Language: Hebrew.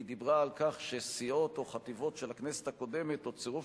היא דיברה על כך: "סיעות או חטיבות של הכנסת הקודמת או צירוף